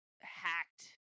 hacked